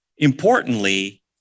Importantly